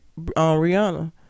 rihanna